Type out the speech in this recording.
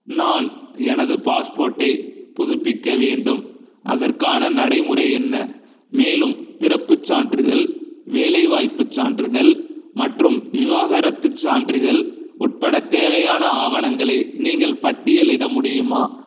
நான் எனது பாஸ்போர்ட்டை புதுப்பிக்க வேண்டும் அதற்கான நடைமுறை என்ன மேலும் பிறப்புச் சான்றிதழ் வேலைவாய்ப்புச் சான்றிதழ் மற்றும் விவாகரத்துச் சான்றிதழ் உட்பட தேவையான ஆவணங்களை நீங்கள் பட்டியலிட முடியுமா